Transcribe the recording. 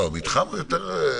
לא, מתחם זה יותר,